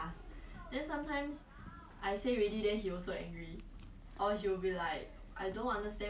oh my god so typical it's like why are you even angry